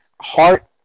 Heart